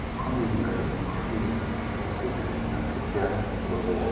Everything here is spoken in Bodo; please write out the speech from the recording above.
अखानि दैजों गायो अखानि दैजों गायाब्लाथ' जाया खेथिया जेराव जाया